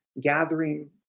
gathering